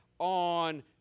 on